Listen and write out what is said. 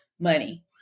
money